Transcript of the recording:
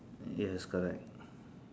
yes correct